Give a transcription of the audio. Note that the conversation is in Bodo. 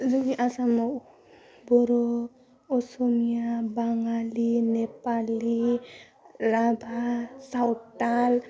जोंनि आसामाव बर' असमिया बाङालि नेपालि राभा सावताल